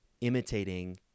imitating